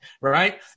right